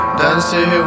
dancing